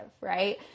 right